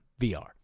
VR